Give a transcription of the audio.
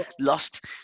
lost